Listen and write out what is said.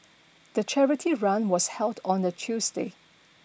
the charity run was held on a Tuesday